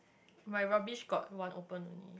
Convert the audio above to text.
my rubbish got one open only